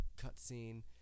cutscene